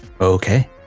Okay